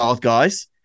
guys